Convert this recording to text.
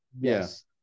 Yes